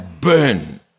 burn